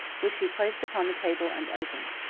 which he placed upon the table and opened.